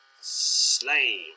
Slain